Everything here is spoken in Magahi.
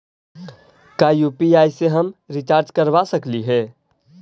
का यु.पी.आई से हम रिचार्ज करवा सकली हे?